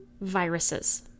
viruses